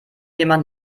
jemand